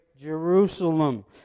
Jerusalem